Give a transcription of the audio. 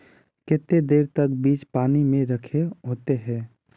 केते देर तक बीज पानी में रखे होते हैं?